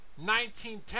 19-10